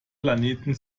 planeten